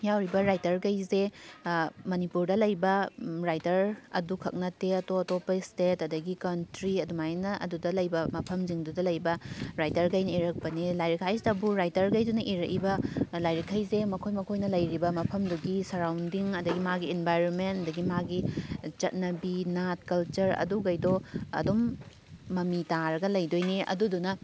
ꯌꯥꯎꯔꯤꯕ ꯔꯥꯏꯇꯔꯈꯩꯁꯦ ꯃꯅꯤꯄꯨꯔꯗ ꯂꯩꯕ ꯔꯥꯏꯇꯔ ꯑꯗꯨꯈꯛ ꯅꯠꯇꯦ ꯑꯇꯣꯞ ꯑꯇꯣꯞꯄ ꯏꯁꯇꯦꯠ ꯑꯗꯨꯗꯒꯤ ꯀꯟꯇ꯭ꯔꯤ ꯑꯗꯨꯃꯥꯏꯅ ꯑꯗꯨꯗ ꯂꯩꯕ ꯃꯐꯝꯁꯤꯡꯗꯨꯗ ꯂꯩꯕ ꯔꯥꯏꯇꯔꯈꯩꯅ ꯏꯔꯛꯄꯅꯦ ꯂꯥꯏꯔꯤꯛ ꯍꯥꯏꯕꯁꯤꯇꯕꯨ ꯔꯥꯏꯇꯔꯈꯩꯗꯨꯅ ꯏꯔꯛꯏꯕ ꯂꯥꯏꯔꯤꯛꯈꯩꯁꯦ ꯃꯈꯣꯏ ꯃꯈꯣꯏꯅ ꯂꯩꯔꯤꯕ ꯃꯐꯝꯗꯨꯒꯤ ꯁꯔꯥꯎꯟꯗꯤꯡ ꯑꯗꯨꯗꯒꯤ ꯃꯥꯒꯤ ꯏꯟꯕꯥꯏꯔꯣꯃꯦꯟ ꯑꯗꯨꯗꯒꯤ ꯃꯥꯒꯤ ꯆꯠꯅꯕꯤ ꯅꯥꯠ ꯀꯜꯆꯔ ꯑꯗꯨꯈꯩꯗꯣ ꯑꯗꯨꯝ ꯃꯃꯤ ꯇꯥꯔꯒ ꯂꯩꯗꯣꯏꯅꯦ ꯑꯗꯨꯗꯨꯅ